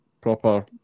proper